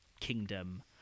kingdom